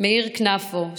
מאיר כנפו,